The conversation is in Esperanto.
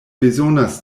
bezonas